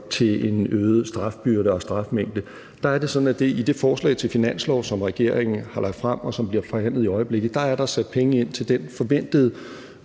til en øget strafbyrde og strafmængde, er det sådan, at der i det forslag til finanslov, som regeringen har lagt frem, og som bliver forhandlet i øjeblikket, er sat penge ind til den forventede